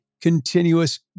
continuous